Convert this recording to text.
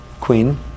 queen